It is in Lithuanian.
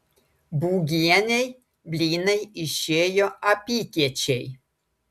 būgienei blynai išėjo apykiečiai